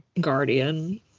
guardian